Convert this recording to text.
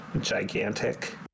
Gigantic